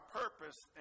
purpose